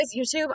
YouTube